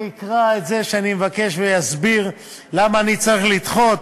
אני אקרא את זה שאני מבקש ואסביר למה אני צריך לדחות?